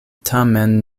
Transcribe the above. tamen